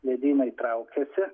ledynai traukiasi